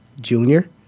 Junior